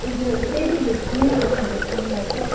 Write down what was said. हजुर हजुर त्यतिभित्रमै हो मेरो पनि बजेट